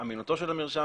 אמינותו של המרשם,